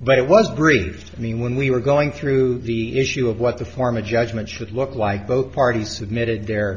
but it was briefed me when we were going through the issue of what the form a judgment should look like both parties submitted the